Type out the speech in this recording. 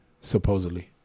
Supposedly